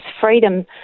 Freedom